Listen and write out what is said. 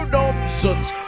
nonsense